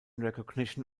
recognition